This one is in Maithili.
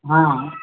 हँ